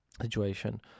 situation